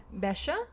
Besha